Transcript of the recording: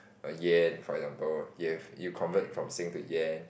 Yen for example Yen you convert from Sing to Yen